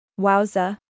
Wowza